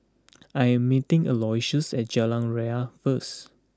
I am meeting Aloysius at Jalan Ria first